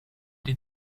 die